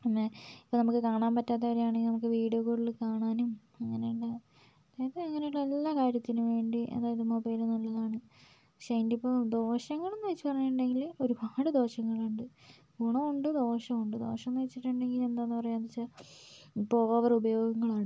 പിന്നെ ഇപ്പോൾ നമുക്ക് കാണാൻ പറ്റാത്തവരാണേൽ നമുക്ക് വീഡിയോ കോളിൽ കാണാനും അങ്ങനെ ഉള്ള അതായത് അങ്ങനെ ഉള്ള എല്ലാ കാര്യത്തിനും വേണ്ടി അതായത് മൊബൈല് നല്ലതാണ് പക്ഷേ അതിനെയിപ്പോൾ ദോഷങ്ങളെന്ന വെച്ച് പറയുകയുണ്ടെങ്കിൽ ഒരുപാട് ദോഷങ്ങളുണ്ട് ഗുണോം ഉണ്ട് ദോഷവും ഉണ്ട് ദോഷമെന്ന് വെച്ചിട്ടുണ്ടെങ്കിൽ എന്താ പറയാന്ന് വെച്ചാൽ ഇപ്പോൾ ഓവർ ഉപയോഗങ്ങളാണ്